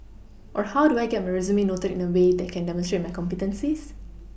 or how do I get my resume noted in a way that can demonstrate my competencies